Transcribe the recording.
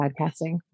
podcasting